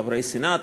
חברי סנאט,